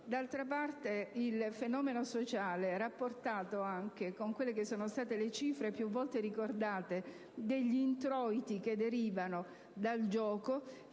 D'altra parte, il fenomeno sociale è rapportato anche con le cifre, più volte ricordate, degli introiti che derivano dal gioco,